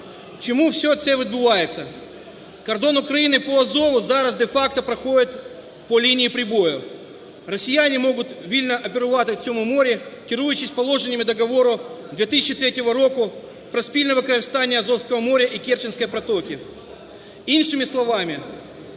Чому це все відбувається? Кордон України по Азову зараз де-факто проходить по лінії прибою. Росіяни можуть вільно оперувати в цьому морі, керуючись положеннями Договору 2003 року про спільне використання Азовського моря і Керченської протоки. Іншими словами,